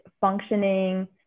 functioning